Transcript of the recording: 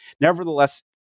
Nevertheless